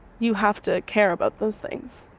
you have to care about those things.